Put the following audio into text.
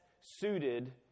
suited